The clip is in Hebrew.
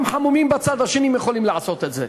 חמומים בצד השני שיכולים לעשות את זה,